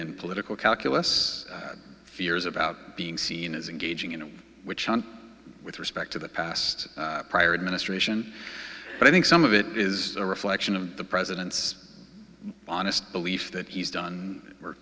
in political calculus fears about being seen as engaging in a witch hunt with respect to the past prior administration but i think some of it is a reflection of the president's honest belief that he's done